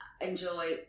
enjoy